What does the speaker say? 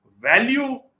value